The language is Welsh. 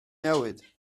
newid